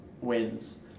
wins